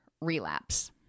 relapse